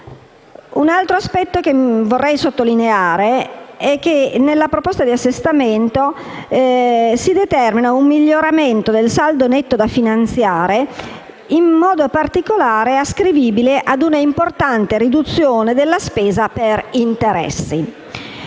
di euro. Vorrei poi sottolineare che nella proposta di assestamento si determina un miglioramento del saldo netto da finanziare, in modo particolare ascrivibile a una importante riduzione della spesa per interessi